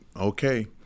okay